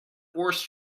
horse